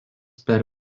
per